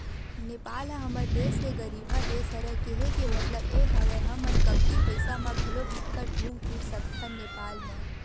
नेपाल ह हमर देस ले गरीबहा देस हरे, केहे के मललब ये हवय हमन कमती पइसा म घलो बिकट घुम फिर सकथन नेपाल म